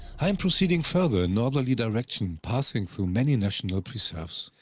i am proceeding further in northerly direction, passing through many national preserves.